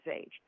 age